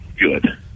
good